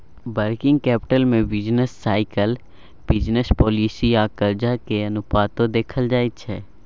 working capital में business cycle, business policy आ कर्जा के अनुपातो देखल जाइ छइ